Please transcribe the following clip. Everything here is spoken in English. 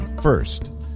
First